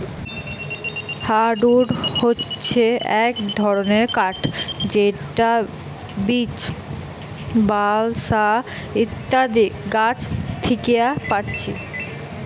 hardwood হচ্ছে এক ধরণের কাঠ যেটা বীচ, বালসা ইত্যাদি গাছ থিকে পাচ্ছি